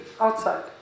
outside